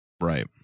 right